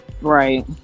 right